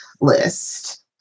list